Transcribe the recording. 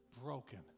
broken